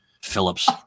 phillips